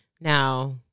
Now